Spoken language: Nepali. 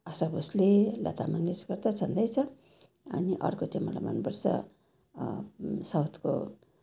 आशा भोसले लता मङ्गेसकर त छँदैछ अनि अर्को चाहिँ मलाई मनपर्छ साउथको